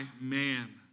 man